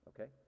okay